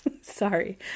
Sorry